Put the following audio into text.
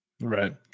Right